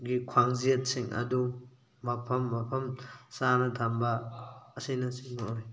ꯒꯤ ꯈ꯭ꯋꯥꯡꯖꯦꯠꯁꯤꯡ ꯑꯗꯨ ꯃꯐꯝ ꯃꯐꯝ ꯆꯥꯅ ꯊꯝꯕ ꯑꯁꯤꯅꯆꯤꯡꯕ ꯑꯣꯏ